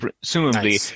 presumably